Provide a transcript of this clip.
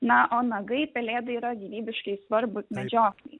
na o nagai pelėdai yra gyvybiškai svarbūs medžioklei